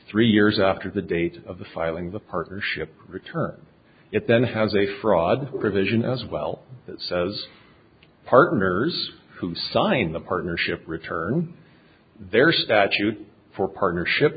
three years after the date of the filing the partnership returns it then has a fraud provision as well that says partners who sign the partnership return their statute for partnership